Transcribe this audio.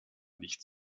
nicht